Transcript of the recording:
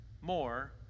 more